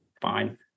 fine